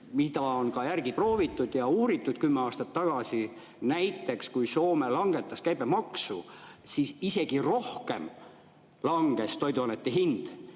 mida on ka järgi proovitud ja uuritud kümme aastat tagasi … Näiteks kui Soome langetas käibemaksu, siis toiduainete hind